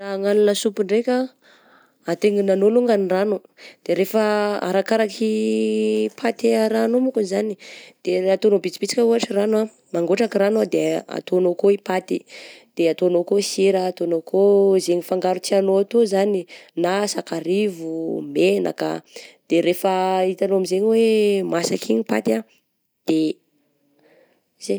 Agnano lasopy ndraika, ataiginanao longany ny rano, de rehefa arakaraky paty a-rahanao mankony zagny, de raha ataonao bitsitsika ohatry ragno ah, mangotraka ragno ah ataonao koa i paty, de ataonao koa i sira, ataonao ko zegny fangaro tianao zany eh na sakarivo, menaka de rehefa hitanao amizegny hoe masaka iny i paty de zay.